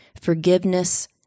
forgiveness